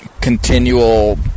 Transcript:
continual